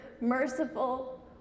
merciful